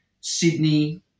Sydney